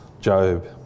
Job